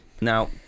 Now